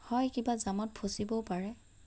হয় কিবা জামত ফচিবও পাৰে